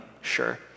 sure